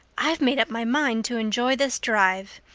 i've made up my mind to enjoy this drive.